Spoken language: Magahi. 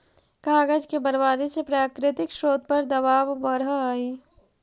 कागज के बर्बादी से प्राकृतिक स्रोत पर दवाब बढ़ऽ हई